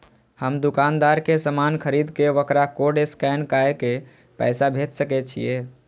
हम दुकानदार के समान खरीद के वकरा कोड स्कैन काय के पैसा भेज सके छिए?